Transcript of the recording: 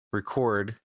record